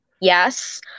yes